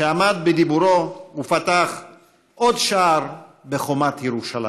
שעמד בדיבורו ופתח עוד שער בחומת ירושלים.